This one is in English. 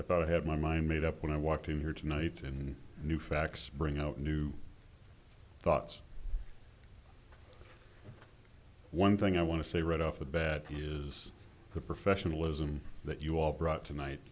i thought i had my mind made up when i walked in here tonight in new facts bring out new thoughts one thing i want to say right off the bat is the professionalism that you all brought tonight